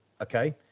okay